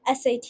SAT